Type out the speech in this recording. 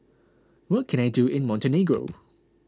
what can I do in Montenegro